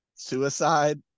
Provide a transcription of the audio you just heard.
suicide